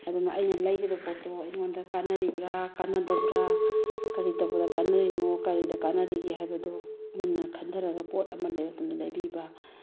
ꯑꯗꯨꯅ ꯑꯩꯅ ꯂꯩꯒꯗ ꯄꯣꯠꯇꯣ ꯑꯩꯉꯣꯟꯗ ꯀꯥꯟꯅꯔꯤꯕ꯭ꯔꯥ ꯀꯥꯟꯅꯗꯕ꯭ꯔꯥ ꯀꯔꯤ ꯇꯧꯕꯗ ꯀꯥꯟꯅꯔꯤꯅꯣ ꯀꯔꯤꯗ ꯀꯥꯟꯅꯔꯤꯒꯦ ꯍꯥꯏꯕꯗꯣ ꯃꯨꯟꯅ ꯈꯟꯊꯔꯒ ꯄꯣꯠ ꯑꯃ ꯂꯩꯕ ꯃꯇꯝꯗ ꯂꯩꯕꯤꯕ